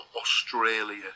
Australia